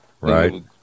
right